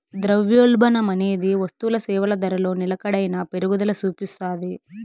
ద్రవ్యోల్బణమనేది వస్తుసేవల ధరలో నిలకడైన పెరుగుదల సూపిస్తాది